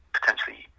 potentially